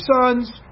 sons